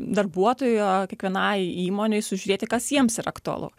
darbuotojui a kiekvienai įmonei sužiūrėti kas jiems yra aktualu